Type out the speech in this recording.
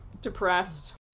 Depressed